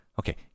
okay